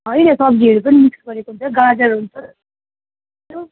होइन सब्जीहरू पनि मिक्स गरेको हुन्छ गाजर हुन्छ